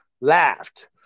laughed